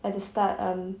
at the start um